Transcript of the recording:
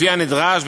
לפי הנדרש,